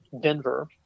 Denver